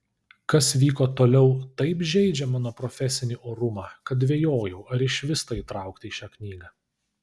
kas vyko toliau taip žeidžia mano profesinį orumą kad dvejojau ar išvis tai įtraukti į šią knygą